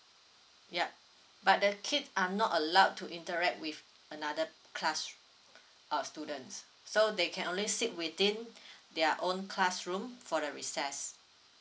ya but the kids are not allowed to interact with another class err students so they can only sit within their own classroom for the recess